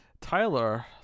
Tyler